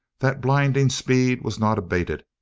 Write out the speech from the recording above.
that blinding speed was not abated,